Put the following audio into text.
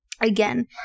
Again